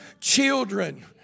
children